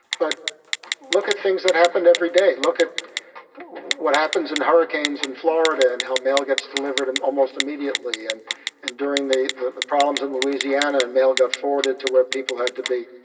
but look at things that happen every day. look at what happens in hurricanes in florida and how mail gets delivered and almost immediately. and and during the the problems in louisiana, and mail got forwarded to where people had to be.